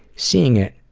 seeing it,